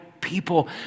people